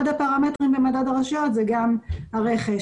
אחד הפרמטרים למדד הרשויות הוא גם הרכש.